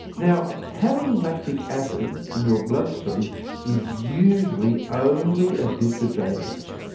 now having lactic acid in your blood stream is usually only a disadvantage,